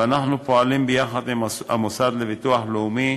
ואנחנו פועלים יחד עם המוסד לביטוח לאומי